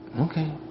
okay